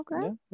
okay